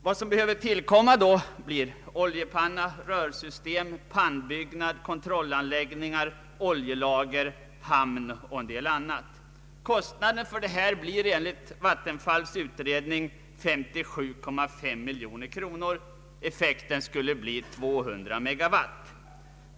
Vad som behöver tillkomma är oljepanna, rörsystem, pannbyggnad, kontrollanläggningar, oljelager, hamn och en del annat. Kostnaden för detta blir enligt Vattenfalls utredning 57,5 miljoner kronor. Effekten skulle bli 200 megawatt.